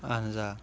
اہن حظ آ